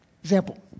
example